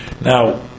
Now